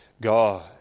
God